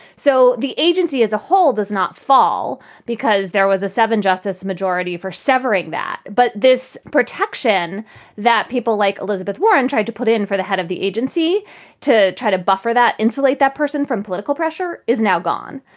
so the agency as a whole does not fall because there was a seven justice majority for severing that. but this protection that people like elizabeth warren tried to put in for the head of the agency to try to buffer that, insulate that person from political pressure is now gone.